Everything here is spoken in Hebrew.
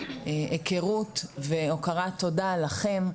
הכרות והוקרת תודה לכם,